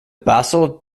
basal